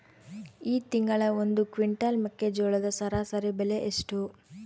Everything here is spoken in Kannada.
ಈ ತಿಂಗಳ ಒಂದು ಕ್ವಿಂಟಾಲ್ ಮೆಕ್ಕೆಜೋಳದ ಸರಾಸರಿ ಬೆಲೆ ಎಷ್ಟು?